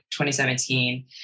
2017